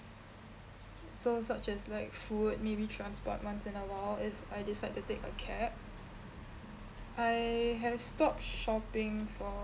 so such as like food maybe transport once in awhile if I decide to take a cab I have stopped shopping for